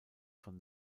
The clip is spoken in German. von